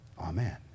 Amen